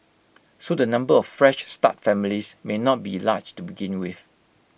so the number of Fresh Start families may not be large to begin with